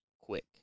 quick